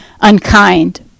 unkind